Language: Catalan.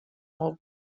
molt